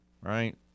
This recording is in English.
right